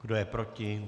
Kdo je proti?